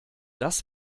das